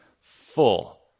full